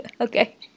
Okay